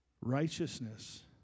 Righteousness